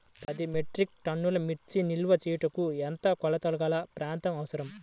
పది మెట్రిక్ టన్నుల మిర్చి నిల్వ చేయుటకు ఎంత కోలతగల ప్రాంతం అవసరం?